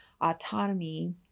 autonomy